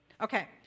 Okay